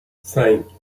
cinq